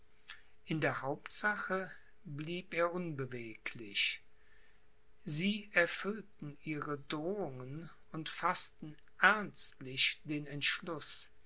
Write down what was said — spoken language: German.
in der hauptsache blieb er unbeweglich sie erfüllten ihre drohungen und faßten ernstlich den entschluß